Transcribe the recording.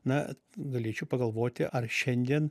na galėčiau pagalvoti ar šiandien